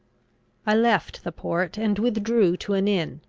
i left the port, and withdrew to an inn,